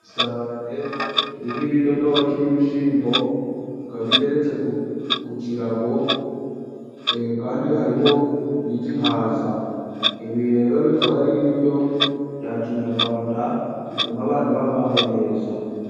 Isahane iriho ibidodoki n'ibishyimbo bikaba iteretse ku kirago kandi hariho n'igihaza ibi rero bikaba ari ibiryo bya kinyarwanda bituma abantu babaho neza.